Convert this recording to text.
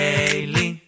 Daily